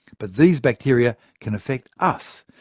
but these bacteria can affect us.